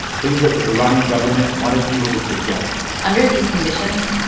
things that the iranian government wanted people to forget under these conditions,